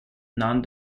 non